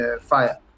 fire